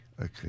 okay